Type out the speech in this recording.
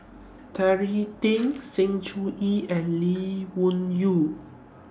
Terry Tan Sng Choon Yee and Lee Wung Yew